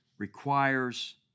requires